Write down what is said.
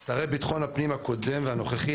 שרי ביטחון הפנים הקודם והנוכחי,